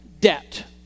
debt